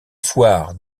foire